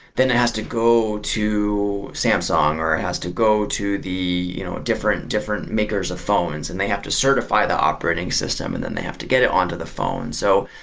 then it has to go to samsung or it has to go the you know different different makers of phones and they have to certify the operating system and then they have to get it on to the phone so,